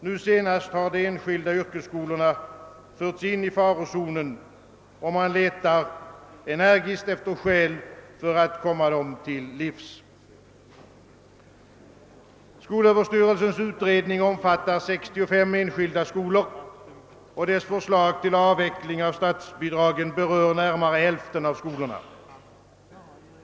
Nu senast har de enskilda yrkesskolorna förts in i farozonen, och man letar energiskt efter skäl för att komma dem till livs. Skolöverstyrelsens utredning omfattar 65 enskilda skolor, och dess förslag till avveckling av statsbidragen berör närmare hälften av skolorna.